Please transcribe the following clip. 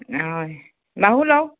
হয় বাহু লওক